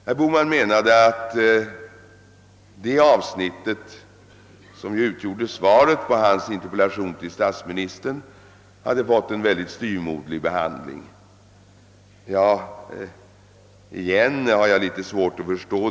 Herr Bohman ansåg att det avsnitt som utgjorde svaret på hans interpellation till statsministern hade fått en mycket Styvmoderlig behandling. Även denna Inställning har jag litet svårt att för Stå.